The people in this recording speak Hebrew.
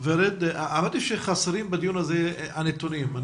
האמת היא שבדיון הזה חסרים לנו הנתונים.